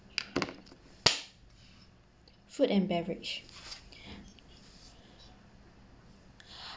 food and beverage